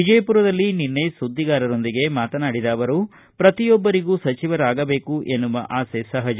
ವಿಜಯಪುರಲ್ಲಿ ನಿನ್ನೆ ಸುದ್ದಿಗಾರರೊಂದಿಗೆ ಮಾತನಾಡಿದ ಅವರು ಪ್ರತಿಯೊಬ್ಬರಿಗೂ ಸಚಿವರಾಗಬೇಕು ಎನ್ನುವ ಆಸೆ ಸಹಜ